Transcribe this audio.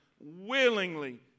willingly